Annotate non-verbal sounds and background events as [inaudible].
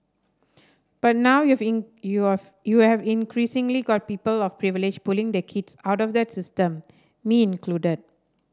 but now you've in you [unintelligible] you have increasingly got people of privilege pulling their kids out of that system me included